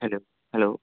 hello hello